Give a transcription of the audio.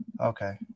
okay